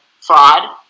fraud